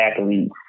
athletes